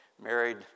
married